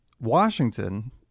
washington